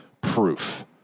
proof